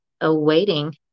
awaiting